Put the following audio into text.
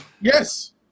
yes